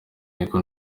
niko